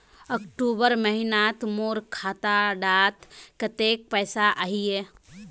अक्टूबर महीनात मोर खाता डात कत्ते पैसा अहिये?